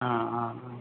ആ ആ ആ